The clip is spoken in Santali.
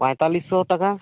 ᱯᱟᱭᱛᱟᱞᱤᱥ ᱥᱚ ᱴᱟᱠᱟ